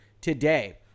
today